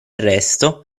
resto